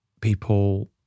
People